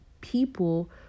people